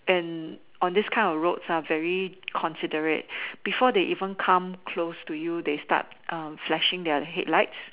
and this kind of roads lah very considerate before they even come close to you they start err flashing their head light